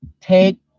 Take